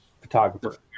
photographer